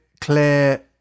clear